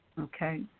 Okay